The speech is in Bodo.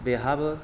बेहाबो